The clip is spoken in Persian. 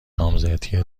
نامزدی